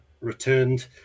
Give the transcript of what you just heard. returned